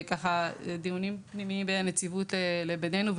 היו דיונים פנימיים בין הנציבות לביננו,